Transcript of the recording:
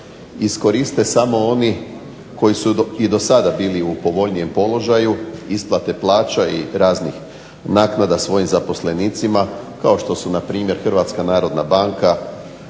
iskoriste oni koji su i do sada bili u povoljnijem položaju isplate plaća i raznih naknada svojim zaposlenicima kao što su na primjer Hrvatska narodna banka,